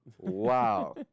wow